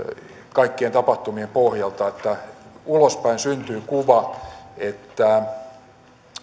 kaikkien tapahtumien pohjalta kun ulospäin syntyy kuva että